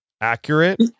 accurate